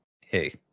hey